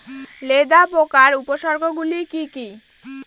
লেদা পোকার উপসর্গগুলি কি কি?